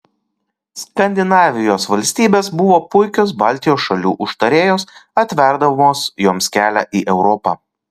skandinavijos valstybės buvo puikios baltijos šalių užtarėjos atverdamos joms kelią į europą